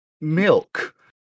Milk